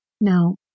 No